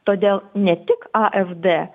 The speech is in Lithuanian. todėl ne tik ef d